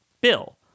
bill